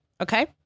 Okay